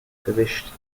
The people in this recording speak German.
gewischt